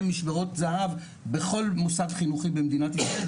משמרות זה"ב בכל מוסד חינוכי במדינת ישראל,